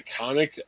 iconic